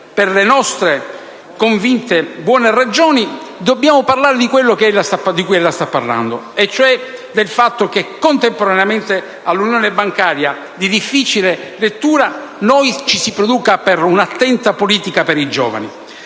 per le nostre buone ragioni, dobbiamo parlare di ciò di cui ella sta parlando: del fatto, cioè, che, contemporaneamente all'unione bancaria, di difficile lettura, noi ci si produca in una attenta politica per i giovani.